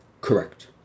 Correct